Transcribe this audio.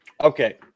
Okay